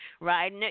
right